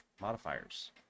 modifiers